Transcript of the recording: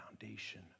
foundation